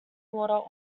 water